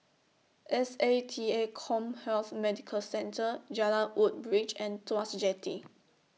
S A T A Commhealth Medical Centre Jalan Woodbridge and Tuas Jetty